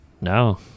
No